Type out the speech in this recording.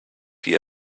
die